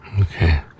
okay